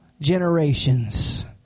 generations